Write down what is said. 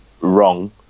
wrong